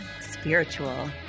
spiritual